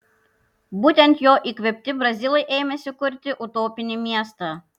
būtent jo įkvėpti brazilai ėmėsi kurti utopinį miestą